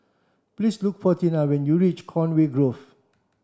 please look for Tina when you reach Conway Grove